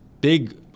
big